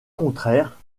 contraire